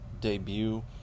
debut